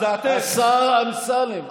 השר אמסלם.